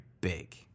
big